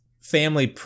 family